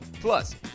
Plus